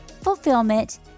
fulfillment